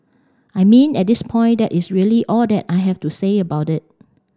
I mean at this point that is really all that I have to say about it